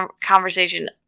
conversation